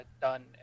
done